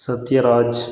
Sathyaraj